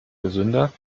gesünder